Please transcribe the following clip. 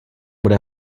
bude